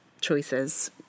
choices